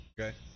Okay